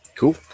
Cool